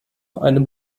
einem